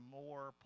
more